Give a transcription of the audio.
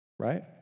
right